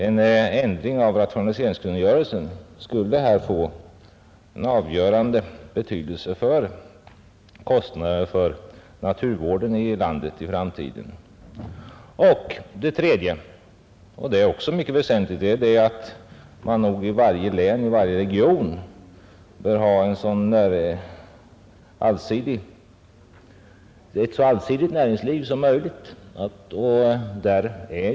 En ändring av rationaliseringskungörelsen skulle därför få avgörande betydelse för kostnaderna för naturvården här i landet i framtiden. För det tredje — och detta är också mycket väsentligt — bör man i varje län, i varje region, ha ett så allsidigt näringsliv som möjligt.